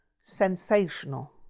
sensational